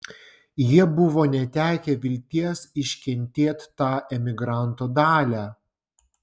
jie buvo netekę vilties iškentėt tą emigranto dalią